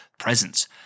presence